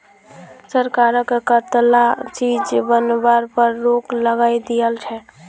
सरकार कं कताला चीज बनावार पर रोक लगइं दिया छे